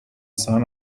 son